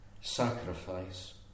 sacrifice